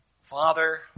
Father